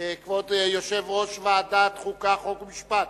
כבוד יושב-ראש ועדת החוקה, חוק ומשפט